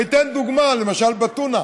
אני אתן דוגמה: למשל בטונה.